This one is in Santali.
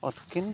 ᱯᱚᱫᱽᱠᱤᱱ